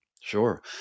Sure